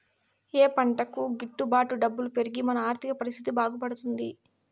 ఏ పంటకు గిట్టు బాటు డబ్బులు పెరిగి మన ఆర్థిక పరిస్థితి బాగుపడుతుంది?